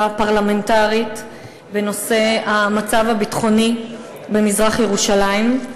פרלמנטרית בנושא המצב הביטחוני במזרח-ירושלים.